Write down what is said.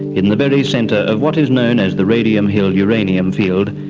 in the very centre of what is known as the radium hill uranium field,